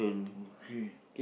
okay